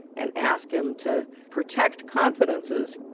and ask him to protect confidences.